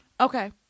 Okay